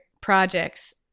projects